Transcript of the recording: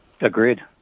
Agreed